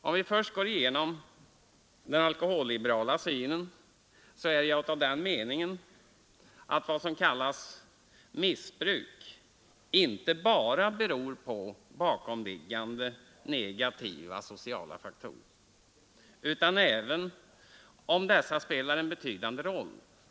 Om vi först går igenom den alkoholliberala synen så är jag av den meningen att vad som kallas för missbruk inte bara beror på bakomliggande negativa sociala faktorer, även om dessa spelar en betydande roll.